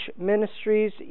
Ministries